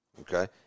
okay